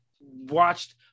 watched